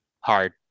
hard